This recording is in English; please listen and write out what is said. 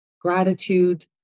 gratitude